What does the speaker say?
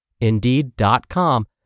Indeed.com